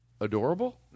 adorable